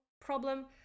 problem